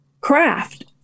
craft